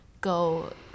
go